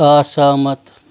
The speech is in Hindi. असहमत